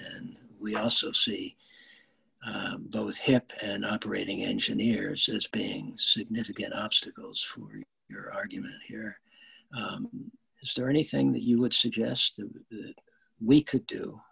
and we also see those hips and operating engineers as being significant obstacles from your argument here is there anything that you would suggest that we could do